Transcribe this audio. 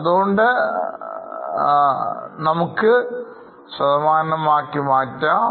അതുകൊണ്ട് ശതമാനമാക്കി മാറ്റണം